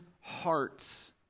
hearts